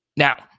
Now